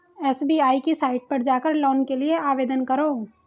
SBI की site पर जाकर लोन के लिए आवेदन करो